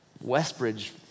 Westbridge